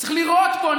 צריך לירות בו.